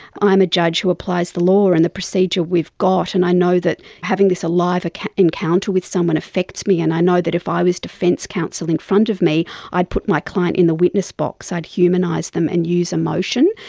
i'm a judge who applies the law, and the procedure we've got, and i know that having this alive encounter with someone affects me and i know that if i was defence counsel in front of me i'd put my client in the witness box, i'd humanise them and use emotion.